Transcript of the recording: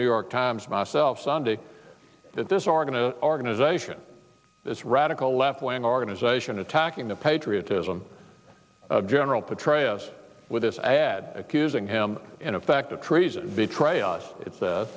new york times myself sunday that this are going to organization this radical left wing organization attacking the patriotism of general petraeus with this ad accusing him in effect of treason betray us it's